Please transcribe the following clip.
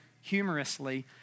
humorously